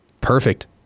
Perfect